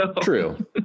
True